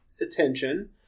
attention